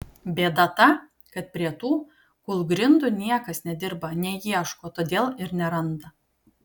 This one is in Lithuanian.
bėda ta kad prie tų kūlgrindų niekas nedirba neieško todėl ir neranda